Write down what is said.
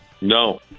No